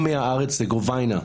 גם מהארץ בגוביינא,